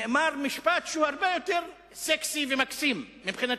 נאמר משפט שהוא הרבה יותר סקסי ומקסים מבחינתי.